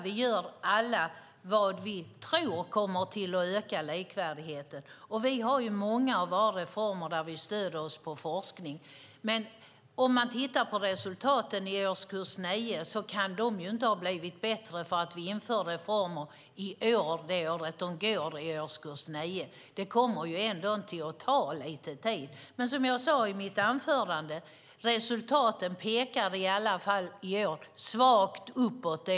Vi gör alla vad vi tror kommer att öka likvärdigheten. Vi har många reformer där vi stöder oss på forskning. Resultaten i årskurs 9 kan inte ha blivit bättre genom att vi införde reformer i år, det år de går i årskurs 9. Det kommer att ta lite tid. Men som jag sade i mitt anförande pekar resultaten svagt uppåt i år.